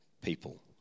people